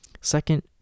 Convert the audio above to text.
Second